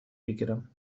بگیرم